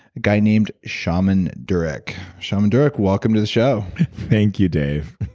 a guy named shaman durek. shaman durek, welcome to the show thank you, dave